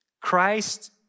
Christ